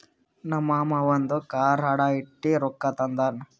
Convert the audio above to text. ನಮ್ ಮಾಮಾ ಅವಂದು ಕಾರ್ ಅಡಾ ಇಟ್ಟಿ ರೊಕ್ಕಾ ತಂದಾನ್